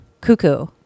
Cuckoo